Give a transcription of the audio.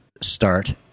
start